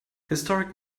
historic